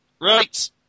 right